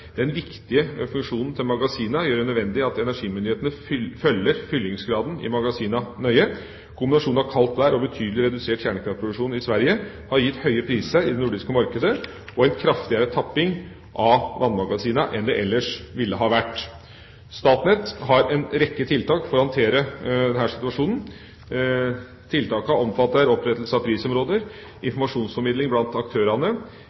viktige funksjonen til magasinene gjør det nødvendig at energimyndighetene følger fyllingsgraden i magasinene nøye. Kombinasjonen av kaldt vær og betydelig redusert kjernekraftproduksjon i Sverige har gitt høye priser i det nordiske markedet og en kraftigere tapping av vannmagasinene enn det ellers ville ha vært. Statnett har en rekke tiltak for å håndtere denne situasjonen. Tiltakene omfatter opprettelse av prisområder, informasjonsformidling blant aktørene,